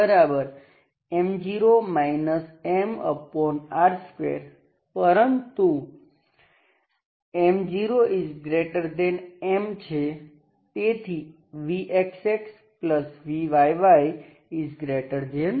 તેથી vxxvyyM0 MR2 પરંતુ M0M છે તેથી vxxvyy0છે